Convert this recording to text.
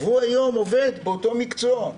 והוא היום עובד באותו מקצוע.